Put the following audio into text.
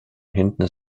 händen